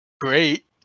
great